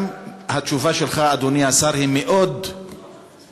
גם התשובה שלך, אדוני השר, היא מאוד מדאיגה.